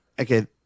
Okay